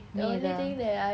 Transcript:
me either